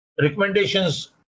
recommendations